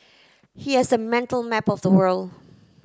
he has a mental map of the world